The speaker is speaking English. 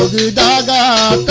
da da